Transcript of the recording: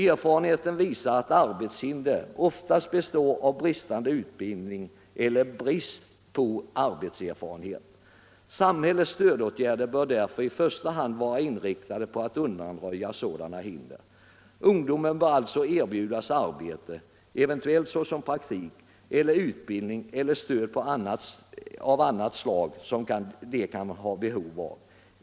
Erfarenheterna visar att arbetshinder oftast består av bristande utbildning eller brist på arbetserfarenhet. Samhällets stödåtgärder bör därför i första hand vara inriktade på att undanröja sådana hinder. Ungdomar bör alltså erbjudas arbete eller utbildning eller stöd av annat slag som de kan ha behov av.